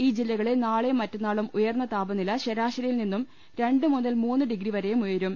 ഈ ജില്ലകളിൽ നാളെയും മറ്റ ന്നാളും ഉയർന്ന താപനില ശരാശരിയിൽ നിന്നും രണ്ട് മുതൽ മൂന്ന് ഡിഗ്രി വരെയും ഉയരും